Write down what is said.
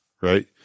Right